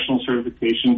certification